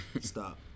stop